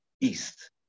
east